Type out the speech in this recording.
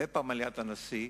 ופמליית הנשיא,